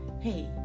hey